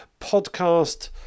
podcast